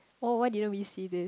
oh why didn't we see this